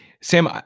Sam